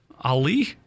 Ali